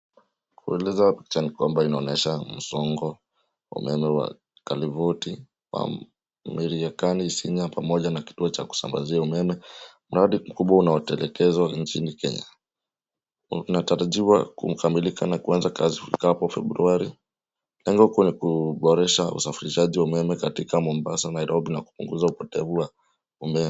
Kueleza picha ni kwamba inaonyesha msongo wa umeme wa kalivoti kwa mariekani isinya pamoja na kituo cha kusambazia umeme. Mradi mkubwa unayotekelezewa nchini Kenya, una tarajiwa kukamilika na kuanza kazi ifikapo Februari, lengo kuu ni ku boresha usafarishaji wa umeme kutoka Mombasa, Nairobi na kupunguza upotevu wa umeme.